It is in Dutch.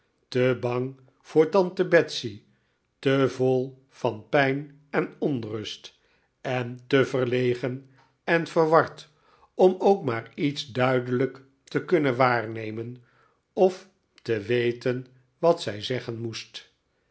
te bang voor tante betsey te vol van pijn en onrust en te verlegen en verward om ook maar iets duidelijk te kunnen waarnemen of te weten wat zij zeggen moest